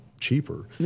cheaper